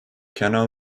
canal